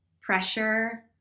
pressure